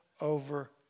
over